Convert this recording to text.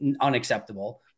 unacceptable